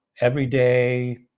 everyday